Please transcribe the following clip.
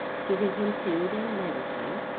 giving him food and medicine,